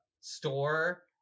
store